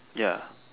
ya